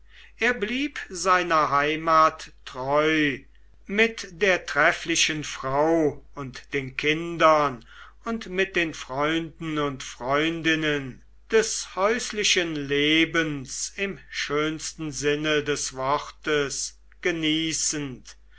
er blieb seiner heimat treu mit der trefflichen frau und den kindern und mit den freunden und freundinnen des häuslichen lebens im schönsten sinne des wortes genießend